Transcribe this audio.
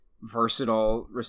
versatile